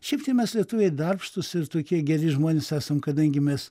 šiaip tai mes lietuviai darbštūs ir tokie geri žmonės esam kadangi mes